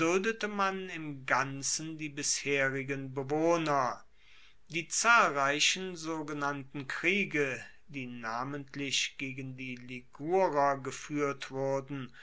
im ganzen die bisherigen bewohner die zahlreichen sogenannten kriege die namentlich gegen die ligurer gefuehrt wurden